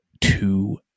two